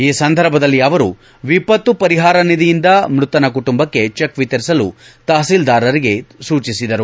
ಈ ಸಂದರ್ಭದಲ್ಲಿ ಅವರು ವಿಪತ್ತು ಪರಿಹಾರ ನಿಧಿಯಿಂದ ಮೃತನ ಕುಟುಂಬಕ್ಕೆ ಚೆಕ್ ವಿತರಿಸಲು ತಹಸಿಲ್ದಾರ್ಗೆ ಸೂಚಿಸಿದರು